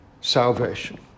salvation